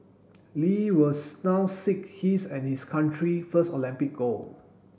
Lee will now seek his and his country first Olympic gold